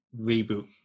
reboot